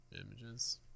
images